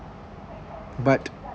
but